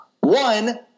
One